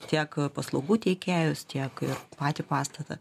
tiek paslaugų tiekėjus tiek ir patį pastatą